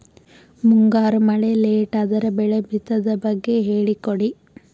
ಮುಂಗಾರು ಮಳೆ ಲೇಟ್ ಅದರ ಬೆಳೆ ಬಿತದು ಬಗ್ಗೆ ಹೇಳಿ ಕೊಡಿ?